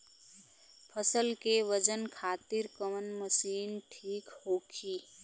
फसल के वजन खातिर कवन मशीन ठीक होखि?